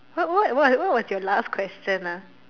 what what what what was your last question ah